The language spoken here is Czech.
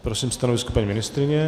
Prosím stanovisko paní ministryně.